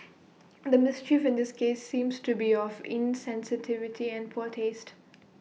the mischief in this case seems to be of insensitivity and poor taste